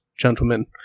gentlemen